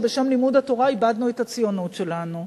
שבשם לימוד התורה איבדנו את הציונות שלנו.